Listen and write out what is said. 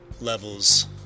levels